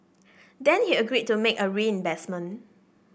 then he agreed to make a reimbursement